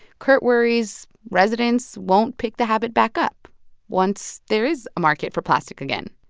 kurt worries residents won't pick the habit back up once there is a market for plastic again.